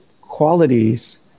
qualities